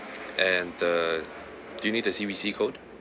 and the do you need the C_V_C code